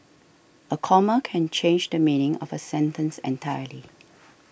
a comma can change the meaning of a sentence entirely